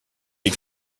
les